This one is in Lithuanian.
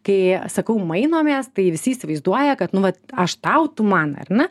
kai sakau mainomės tai visi įsivaizduoja kad nu vat aš tau tu man ar ne